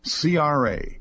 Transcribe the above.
CRA